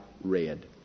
red